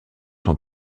son